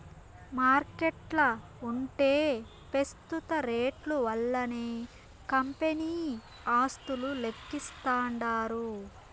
మార్కెట్ల ఉంటే పెస్తుత రేట్లు వల్లనే కంపెనీ ఆస్తులు లెక్కిస్తాండారు